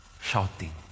shouting